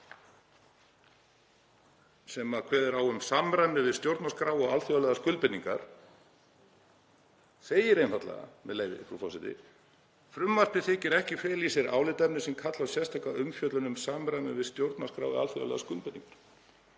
sem fjallað er um samræmi við stjórnarskrá og alþjóðlegar skuldbindingar, segir einfaldlega, með leyfi forseta: „Frumvarpið þykir ekki fela í sér álitaefni sem kalli á sérstaka umfjöllun um samræmi við stjórnarskrá eða alþjóðlegar skuldbindingar.“